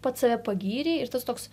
pats save pagyrei ir tas toks